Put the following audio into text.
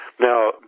Now